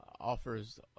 offers